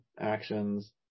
actions